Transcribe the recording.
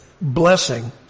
blessing